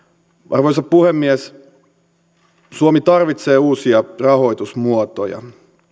arvoisa puhemies suomi tarvitsee uusia rahoitusmuotoja